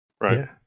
Right